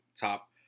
top